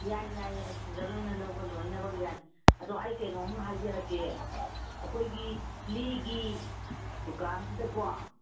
ꯌꯥꯏ ꯌꯥꯏ ꯌꯥꯏ ꯁꯤꯡꯒꯜ ꯑꯣꯏꯅ ꯂꯧꯕ ꯂꯣꯏꯅꯃꯛ ꯌꯥꯏ ꯑꯗꯣ ꯑꯩ ꯀꯩꯅꯣꯝꯃ ꯍꯥꯏꯖꯔꯛꯀꯦ ꯑꯩꯈꯣꯏꯒꯤ ꯂꯤꯒꯤ ꯗꯨꯀꯥꯟꯁꯤꯗꯀꯣ